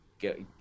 get